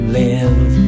live